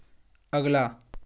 अगला